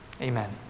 Amen